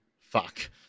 fuck